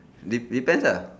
dep~ depends lah